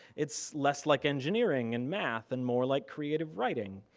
it's less like engineering and math and more like creative writing.